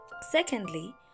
secondly